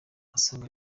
asanga